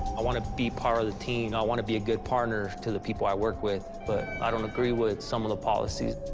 i wanna be part of the team. i wanna be a good partner to the people i work with, but i don't agree with some of the policies.